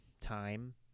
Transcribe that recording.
time